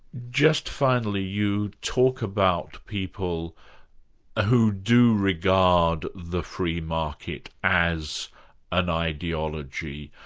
just finally, you talk about people who do regard the free market as an ideology.